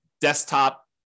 desktop